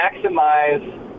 maximize